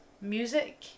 music